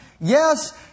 Yes